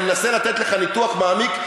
אני מנסה לתת לך ניתוח מעמיק,